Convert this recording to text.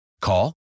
Call